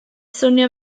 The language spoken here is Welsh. swnio